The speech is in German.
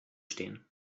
stehen